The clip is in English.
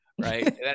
right